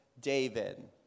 David